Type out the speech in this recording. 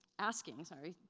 asking, sorry,